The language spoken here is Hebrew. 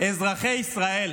אזרחי ישראל.